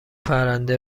پرنده